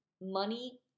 money